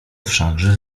wszakże